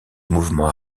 mouvements